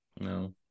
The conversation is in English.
No